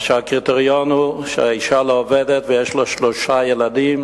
הקריטריון הוא שהאשה לא עובדת, יש לו שלושה ילדים,